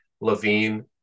Levine